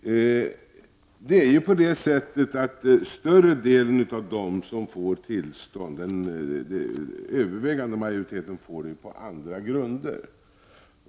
Den övervägande majoriteten av dem får uppehållstillstånd ”på andra grunder”.